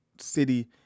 city